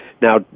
now